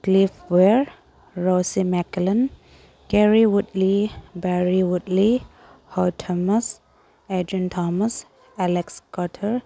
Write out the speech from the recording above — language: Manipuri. clip Weir Rossi McCallum Kerry Woodley Barry Woodley ꯍꯣꯠ ꯊꯣꯃꯁ ꯑꯦꯗ꯭ꯔꯤꯟ ꯊꯣꯃꯁ ꯑꯦꯂꯦꯛꯁ ꯀꯣꯊꯔ